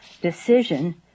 decision